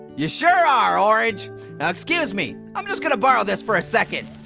you sure are, orange! now excuse me, i'm just gonna borrow this for a second.